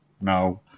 no